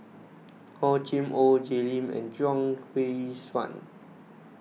Hor Chim or Jay Lim and Chuang Hui Tsuan